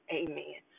amen